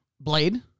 Blade